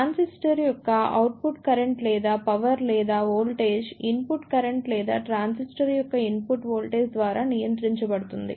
transistor యొక్క output current లేదా power లేదా వోల్టేజ్ ఇన్పుట్ కరెంట్ లేదా ట్రాన్సిస్టర్ యొక్క ఇన్పుట్ వోల్టేజ్ ద్వారా నియంత్రించబడుతుంది